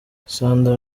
sandra